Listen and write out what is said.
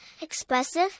expressive